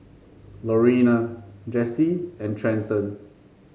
Lorena Jessi and Trenton